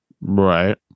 Right